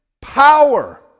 power